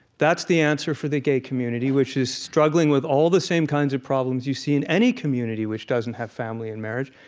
that's the answer for the gay community, which is struggling with all the same kinds of problems you see in any community which doesn't have family and marriage.